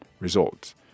Results